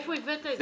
מאיפה הבאת את זה?